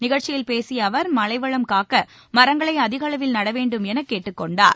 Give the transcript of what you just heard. நிகழ்ச்சியில் பேசிய அவர் மழை வளம் காக்க மரங்களை அதிக அளவில் நடவேண்டும் என கேட்டுக் கொண்டார்